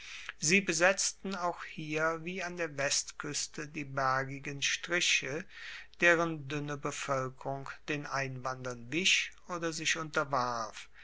sie besetzten auch hier wie an der westkueste die bergigen striche deren duenne bevoelkerung den einwanderern wich oder sich